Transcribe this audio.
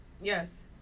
Yes